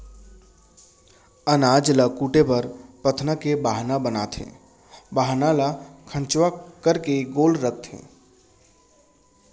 अनाज ल कूटे बर पथना के बाहना बनाथे, बाहना ल खंचवा करके गोल रखथें